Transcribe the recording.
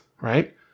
right